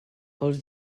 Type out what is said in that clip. els